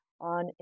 on